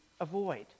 avoid